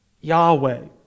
Yahweh